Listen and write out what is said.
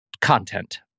content